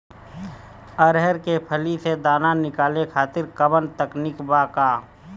अरहर के फली से दाना निकाले खातिर कवन तकनीक बा का?